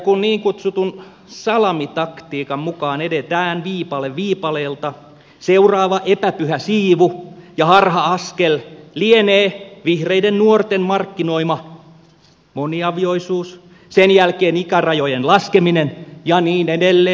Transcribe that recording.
kun niin kutsutun salamitaktiikan mukaan edetään viipale viipaleelta seuraava epäpyhä siivu ja harha askel lienee vihreiden nuorten markkinoima moniavioisuus sen jälkeen ikärajojen laskeminen ja niin edelleen